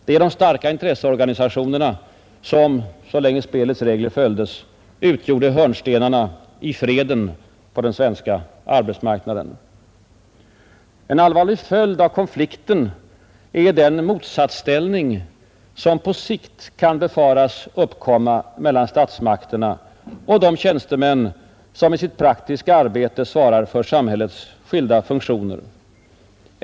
De starka intresseorganisationerna utgjorde — så länge spelets regler följdes — hörnstenarna i freden på den svenska arbetsmarknaden. En allvarlig följd av konflikten är den motsatsställning, som på sikt kan befaras uppkomma mellan statsmakterna och de tjänstemän som i sitt praktiska arbete svarar för samhällets skilda funktioner.